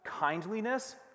Kindliness